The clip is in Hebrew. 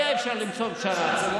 היה אפשר למצוא פשרה,